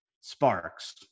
sparks